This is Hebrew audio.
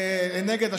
נגד השופטים,